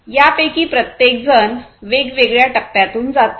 यापैकी प्रत्येकजण वेगवेगळ्या टप्प्यातून जाते